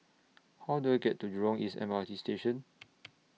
How Do I get to Jurong East M R T Station